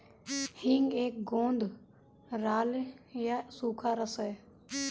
हींग एक गोंद राल या एक सूखा रस है